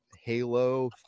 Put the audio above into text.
halo